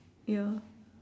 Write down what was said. ya